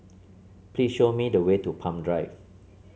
please show me the way to Palm Drive